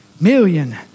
million